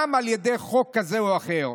גם על ידי חוק כזה או אחר.